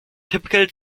typical